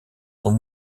son